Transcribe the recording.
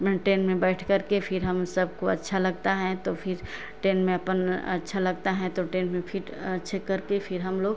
माने ट्रेन में बैठकर के फिर हम सबको अच्छा लगता है तो फिर ट्रेन में अपन अच्छा लगता हैं तो ट्रेन में फिट अच्छे करके फिर हम लोग